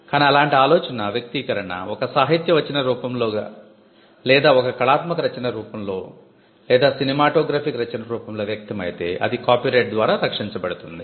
కాని అలాంటి ఆలోచన వ్యక్తీకరణ ఒక సాహిత్య రచన రూపంలో లేదా ఒక కళాత్మక రచన రూపంలో లేదా సినిమాటోగ్రాఫిక్ రచన రూపంలో వ్యక్తమైతే అది కాపీరైట్ ద్వారా రక్షించబడుతుంది